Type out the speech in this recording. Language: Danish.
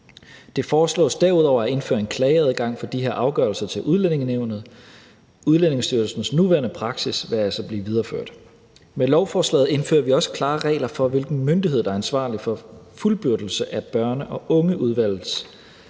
Det foreslås derudover at indføre en klageadgang for de her afgørelser til Udlændingenævnet. Udlændingestyrelsens nuværende praksis vil altså blive videreført. Med lovforslaget indfører vi også klare regler for, hvilken myndighed der er ansvarlig for fuldbyrdelse af børn og unge-udvalgets